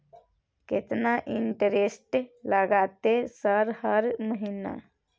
केतना इंटेरेस्ट लगतै सर हर महीना?